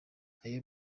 ayo